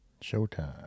Showtime